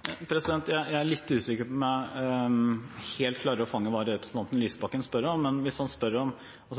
Jeg er litt usikker på om jeg helt klarer å fange opp hva representanten Lysbakken spør om.